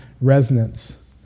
resonance